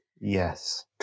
Yes